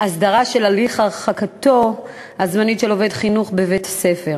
הסדרה של הליך הרחקתו הזמנית של עובד חינוך בבית-ספר